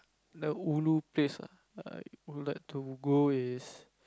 the ulu place that I would like to go is